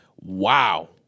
Wow